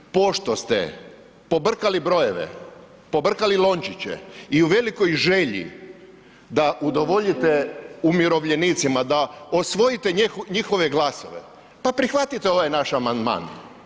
Pošto ste pobrkali brojeve, pobrkali lončiće i u velikoj želji da udovoljite umirovljenicima, da osvojite njihove glasove, pa prihvatite ovaj naš amandman.